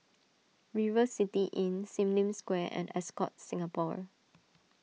River City Inn Sim Lim Square and Ascott Singapore